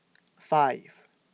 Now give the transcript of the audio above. five